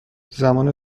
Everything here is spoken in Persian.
زمان